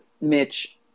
Mitch